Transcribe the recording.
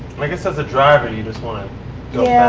i guess as a driver you just want to